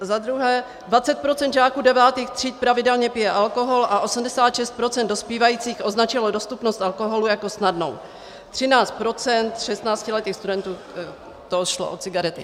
Za druhé, 20 % žáků devátých tříd pravidelně pije alkohol a 86 % dospívajících označilo dostupnost alkoholu jako snadnou, 13 % šestnáctiletých studentů to šlo o cigarety.